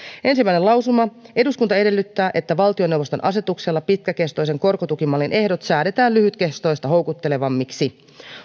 ensimmäinen lausuma eduskunta edellyttää että valtioneuvoston asetuksella pitkäkestoisen korkotukimallin ehdot säädetään lyhytkestoista houkuttelevammiksi